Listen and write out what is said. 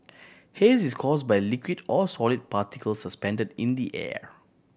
haze is caused by liquid or solid particles suspending in the air